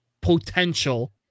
potential